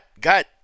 got